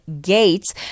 gates